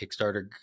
Kickstarter